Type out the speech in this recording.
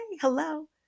hello